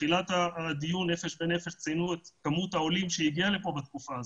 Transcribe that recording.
בתחילת הדיון "נפש בנפש" ציינו את מספר העולים שהגיו לכאן בתקופה הזאת,